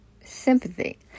sympathy